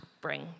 bring